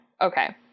Okay